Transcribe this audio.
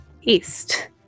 East